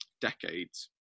Decades